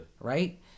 Right